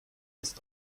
ist